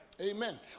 Amen